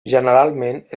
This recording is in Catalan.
generalment